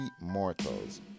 mortals